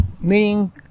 meaning